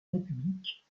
république